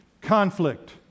conflict